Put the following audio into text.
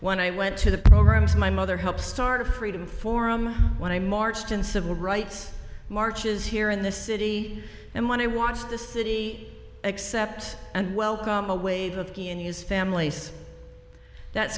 when i went to the programs my mother helped start a freedom forum when i marched in civil rights marches here in the city and when i watched the city accept and welcome a wave of his family's that